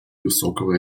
высокого